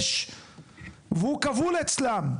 6 והוא כבול אצלם.